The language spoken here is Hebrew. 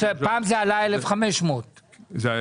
פעם זה עלה 1,500 שקלים.